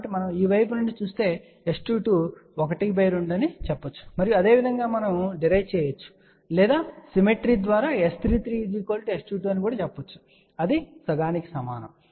కాబట్టి మనం ఈ వైపు నుండి చూస్తే S22 ½ అని చెప్పవచ్చు మరియు అదే విధంగా మనం డిరైవ్ చేయవచ్చు లేదా సిమెట్రీ ద్వారా S33 S22 అని చెప్పవచ్చు మరియు అది సగానికి సమానం